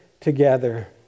together